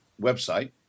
website